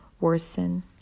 worsen